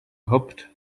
hopped